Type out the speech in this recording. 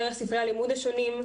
דרך ספרי הלימוד השונים,